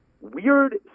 weird